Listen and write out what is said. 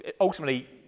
Ultimately